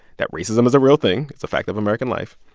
that racism is a real thing. it's a fact of american life.